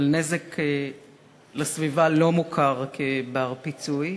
אבל נזק לסביבה לא מוכר כבר-פיצוי,